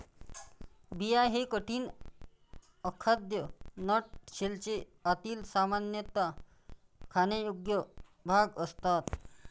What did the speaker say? बिया हे कठीण, अखाद्य नट शेलचे आतील, सामान्यतः खाण्यायोग्य भाग असतात